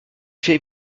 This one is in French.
fait